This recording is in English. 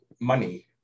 money